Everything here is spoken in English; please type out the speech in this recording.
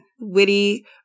Witty